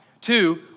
Two